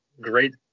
great